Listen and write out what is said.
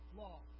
law